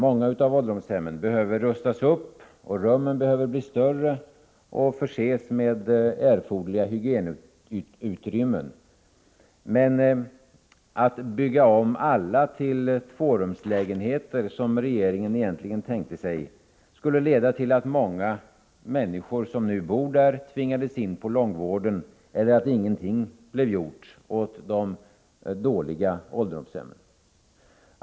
Många av ålderdomshemmen behöver rustas upp, och rummen behöver bli större och förses med erforderliga hygienutrymmen. Men att bygga om alla till tvårumslägenheter, som regeringen egentligen tänkte sig, skulle leda till att många människor som nu bor där tvingades in på långvården eller att ingenting blev gjort åt de dåliga ålderdomshemmen.